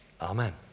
amen